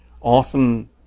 awesome